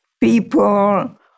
people